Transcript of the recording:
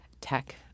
tech